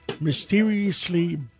mysteriously